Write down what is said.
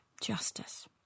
justice